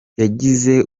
yagize